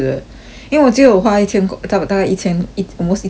因为我只有花一千大大概一千一 almost 一千 liao leh